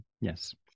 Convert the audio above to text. yes